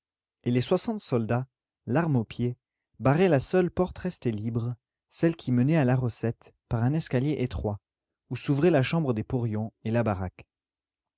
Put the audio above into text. et les soixante soldats l'arme au pied barraient la seule porte restée libre celle qui menait à la recette par un escalier étroit où s'ouvraient la chambre des porions et la baraque